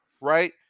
Right